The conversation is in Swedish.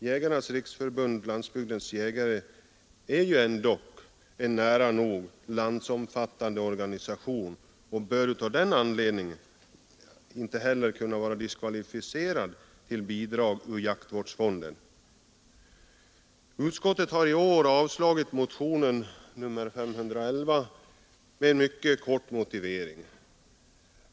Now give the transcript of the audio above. Jägarnas riksförbund-Landsbygdens jägare är ändock en nära nog landsomfattande organisation och bör redan av den anledningen inte vara diskvalificerad för bidrag ur jaktvårdsfonden. Utskottet har i år avstyrkt motionen med en mycket kort motivering.